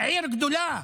עיר גדולה.